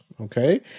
okay